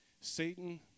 Satan